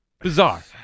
Bizarre